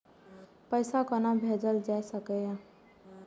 पैसा कोना भैजल जाय सके ये